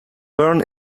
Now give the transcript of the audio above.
born